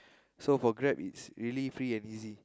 so for Grab is really free and easy